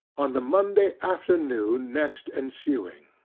on the monday afternoon next ensuing.